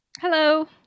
Hello